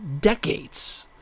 decades